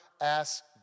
ask